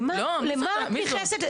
למה את נכנסת?